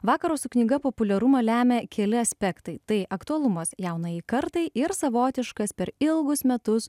vakaro su knyga populiarumą lemia keli aspektai tai aktualumas jaunajai kartai ir savotiškas per ilgus metus